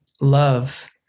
love